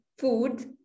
food